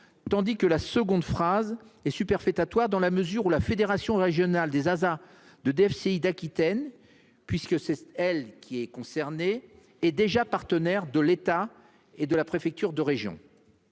tandis que la seconde est superfétatoire dans la mesure où la Fédération régionale des ASA de DFCI d'Aquitaine- c'est elle qui est concernée -est déjà partenaire de l'État et de la préfecture de région.